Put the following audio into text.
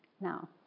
Now